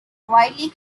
widely